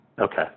Okay